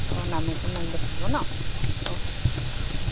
অঁ নামৰূপত নামিব লাগিব নহ্ অঁ